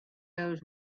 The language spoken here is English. goes